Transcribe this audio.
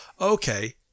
okay